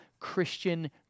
Christian